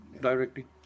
directly